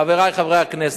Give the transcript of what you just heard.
חברי חברי הכנסת,